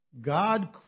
God